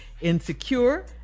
Insecure